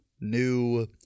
new